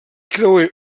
creuer